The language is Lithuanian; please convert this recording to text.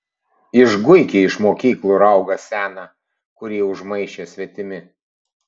išguiki iš mokyklų raugą seną kurį užmaišė svetimi